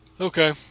okay